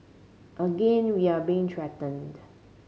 again we are being threatened